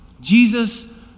Jesus